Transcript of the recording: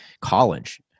college